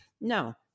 No